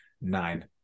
Nine